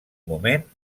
moment